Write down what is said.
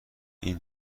این